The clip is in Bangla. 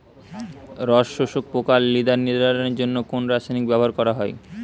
রস শোষক পোকা লেদা নিবারণের জন্য কোন রাসায়নিক ব্যবহার করা হয়?